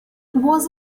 was